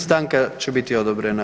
Stanka će biti odobrena.